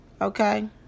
okay